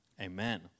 Amen